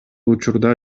учурда